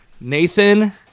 nathan